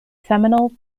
seminole